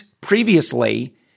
previously